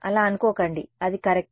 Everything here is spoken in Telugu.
అలా అనుకోకండి అది కరెక్ట్